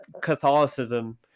Catholicism